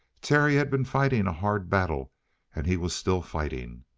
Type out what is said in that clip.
terry had been fighting a hard battle and he was still fighting.